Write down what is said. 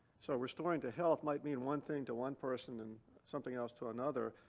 so restoring to health might mean one thing to one person and something else to another.